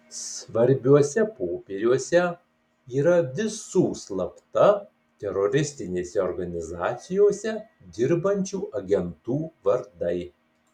svarbiuose popieriuose yra visų slapta teroristinėse organizacijose dirbančių agentų vardai